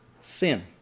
sin